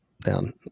down